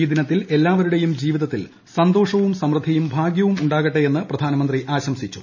ഈ ദിനത്തിൽ എല്ലാവരുടെയും ജീവിതത്തിൽ സന്തോഷ്വും സമൃദ്ധിയും ഭാഗ്യവും ഉണ്ടാകട്ടെ എന്ന് പ്രധാനമന്ത്രി ആശംസിച്ചു